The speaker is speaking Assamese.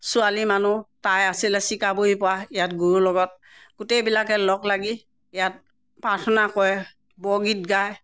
ছোৱালী মানুহ তাই আছিলে চিকাবৰীৰ পৰা ইয়াত গুৰুৰ লগত গোটেইবিলাকে লগ লাগি ইয়াত প্ৰাৰ্থনা কৰে বৰগীত গায়